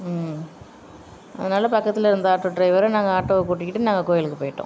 ம் அதனால பக்கத்தில் இருந்த ஆட்டோ டிரைவரை நாங்கள் ஆட்டோவை கூட்டிக்கிட்டு நாங்கள் கோவிலுக்கு போய்ட்டோம்